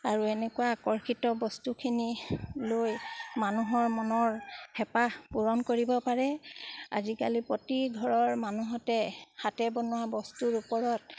আৰু এনেকুৱা আকৰ্ষিত বস্তুখিনি লৈ মানুহৰ মনৰ হেঁপাহ পূৰণ কৰিব পাৰে আজিকালি প্ৰতি ঘৰৰ মানুহতে হাতে বনোৱা বস্তুৰ ওপৰত